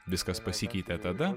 viskas pasikeitė tada